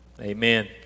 Amen